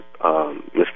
Mr